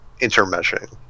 intermeshing